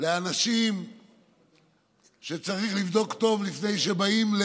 לאנשים שצריך לבדוק טוב לפני שבאים,